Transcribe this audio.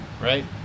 right